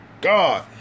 God